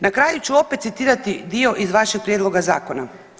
Na kraju ću opet citirati dio iz vašeg prijedloga zakona.